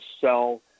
sell